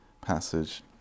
passage